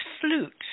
flute